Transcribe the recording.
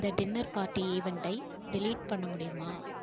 இந்த dinner party ஈவெண்ட்டை delete பண்ண முடியுமா